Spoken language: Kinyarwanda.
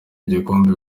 igikombe